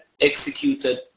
executed